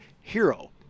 hero